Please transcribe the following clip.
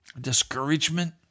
discouragement